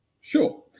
Sure